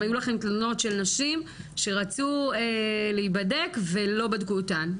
אם היו לכם תלונות של נשים שרצו להיבדק ולא בדקו אותם.